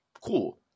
Cool